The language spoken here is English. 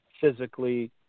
physically